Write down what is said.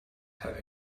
have